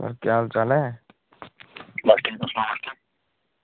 केह् हाल चाल ऐ